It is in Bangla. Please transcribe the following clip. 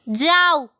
যাও